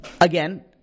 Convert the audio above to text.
again